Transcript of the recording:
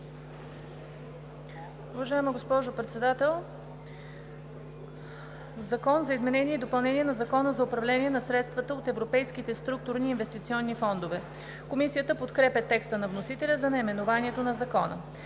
Уважаема госпожо Председател! „Закон за изменение и допълнение на Закона за управление на средствата от Европейските структурни и инвестиционни фондове (обн., ДВ, бр. …)“. Комисията подкрепя текста на вносителя за наименованието на Закона.